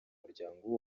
muryango